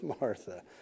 Martha